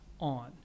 on